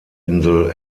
insel